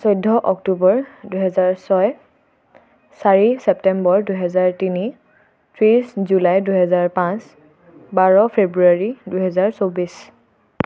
চৈধ্য অক্টোবৰ দুহেজাৰ ছয় চাৰি ছেপ্টেম্বৰ দুহেজাৰ তিনি ত্ৰিছ জুলাই দুহেজাৰ পাঁচ বাৰ ফেব্ৰুৱাৰী দুহেজাৰ চৌব্বিছ